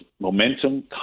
momentum